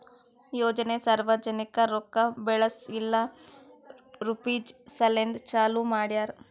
ಯೋಜನೆ ಸಾರ್ವಜನಿಕ ರೊಕ್ಕಾ ಬೆಳೆಸ್ ಇಲ್ಲಾ ರುಪೀಜ್ ಸಲೆಂದ್ ಚಾಲೂ ಮಾಡ್ಯಾರ್